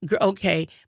okay